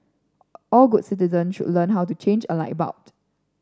all good citizens should learn how to change a light bulb